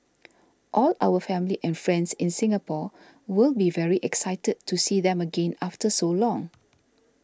all our family and friends in Singapore will be very excited to see them again after so long